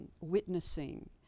witnessing